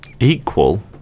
Equal